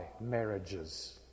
marriages